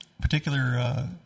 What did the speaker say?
particular